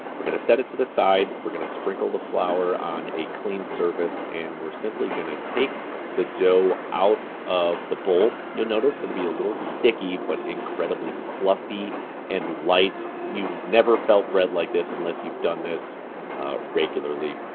we're gonna set it to the side. we're gonna sprinkle the flour on a clean surface. and we're simply gonna take the dough out of the bowl. you'll notice it'll be a little sticky, but incredibly fluffy and light. you've never felt bread like this unless you've done this regularly.